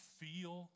feel